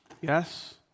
Yes